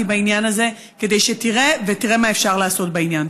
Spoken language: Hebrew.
בעניין הזה כדי שתראה ותראה מה אפשר לעשות בעניין.